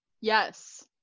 Yes